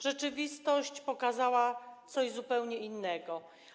Rzeczywistość pokazała coś zupełnie innego.